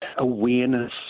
awareness